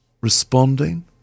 responding